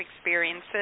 experiences